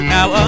Now